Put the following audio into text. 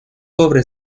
pobre